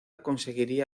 conseguiría